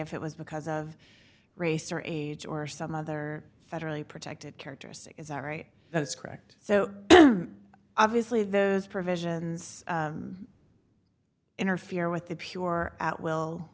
if it was because of race or age or some other federally protected characteristic is that right that's correct so obviously those provisions interfere with the pure at will